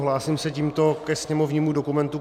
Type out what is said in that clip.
Hlásím se tímto ke sněmovnímu dokumentu 5536.